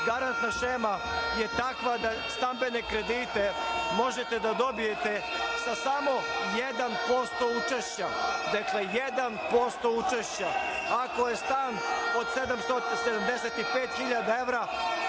garantna šema je takva da stambene kredite možete da dobijete sa samo 1% učešća. Dakle, 1% učešća. Ako je stan od 75.000 evra